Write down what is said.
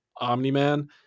Omni-Man